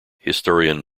historian